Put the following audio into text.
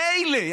מילא,